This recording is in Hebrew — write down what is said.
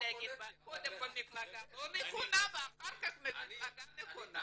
אתה יכול להגיד קודם ממפלגה לא נכונה ואחר כך ממפלגה נכונה.